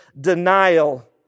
denial